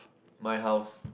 my house